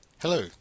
Hello